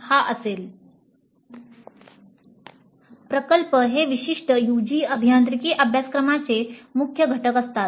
हा असेल प्रकल्प हे विशिष्ट UG अभियांत्रिकी अभ्यासक्रमाचे मुख्य घटक असतात